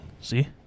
See